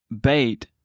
bait